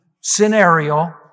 scenario